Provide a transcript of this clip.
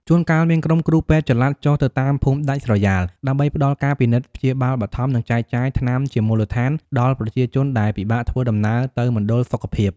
ជួនកាលមានក្រុមគ្រូពេទ្យចល័តចុះទៅតាមភូមិដាច់ស្រយាល ដើម្បីផ្ដល់ការពិនិត្យព្យាបាលបឋម និងចែកចាយថ្នាំជាមូលដ្ឋានដល់ប្រជាជនដែលពិបាកធ្វើដំណើរទៅមណ្ឌលសុខភាព។